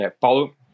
Paulo